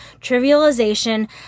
trivialization